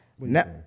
now